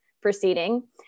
proceeding